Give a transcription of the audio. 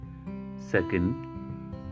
second